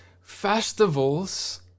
festivals